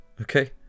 Okay